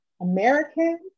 American